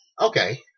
Okay